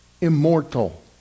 immortal